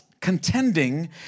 Contending